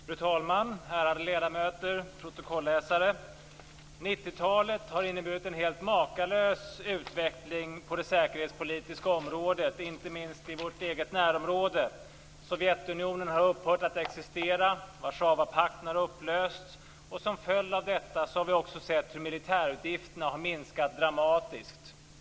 Fru talman, ärade ledamöter, protokollsläsare! 1990-talet har uppvisat en helt makalös utveckling på det säkerhetspolitiska området, inte minst i vårt eget närområde. Sovjetunionen har upphört att existera, Warszawapakten har upplösts och som en följd av detta har vi också sett hur militärutgifterna har minskat dramatiskt.